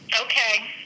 Okay